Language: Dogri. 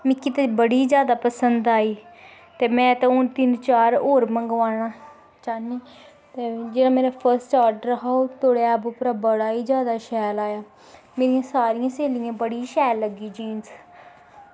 मिगी ते बड़ी गै जादा पसंद आई ते कन्नै ते होर तिन्न चार होर मंगवाने चाह्नी ऐं ते जेह्ड़ा मेरा फर्स्ट आर्डर हा ओह् ते इस ऐप उप्परा बड़ा गै जादा शैल ऐ मेरी सारियें स्हेलियें गी बड़ी शैल लग्गी जीन्स